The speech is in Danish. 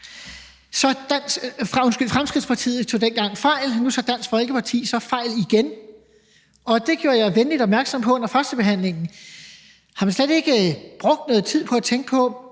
Så Fremskridtspartiet tog dengang fejl. Nu tager Dansk Folkeparti så fejl igen, og det gjorde jeg venligt opmærksom på under førstebehandlingen. Har man slet ikke brugt noget tid på at tænke på,